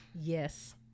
Yes